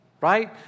right